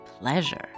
pleasure